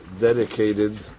dedicated